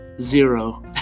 zero